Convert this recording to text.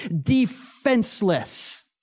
defenseless